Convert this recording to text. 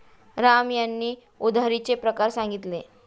राम यांनी उधारीचे प्रकार सांगितले